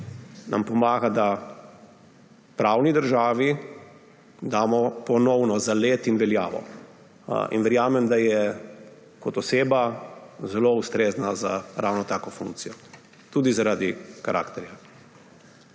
nam pomaga, da pravni državi damo ponovno zalet in veljavo. In verjamem, da je kot oseba zelo ustrezna ravno za tako funkcijo, tudi zaradi karakterja.